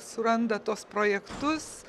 suranda tuos projektus